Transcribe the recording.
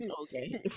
okay